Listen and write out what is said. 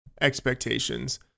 expectations